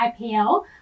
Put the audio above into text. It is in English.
IPL